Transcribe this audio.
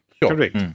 Correct